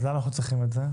אז למה אנחנו צריכים את זה?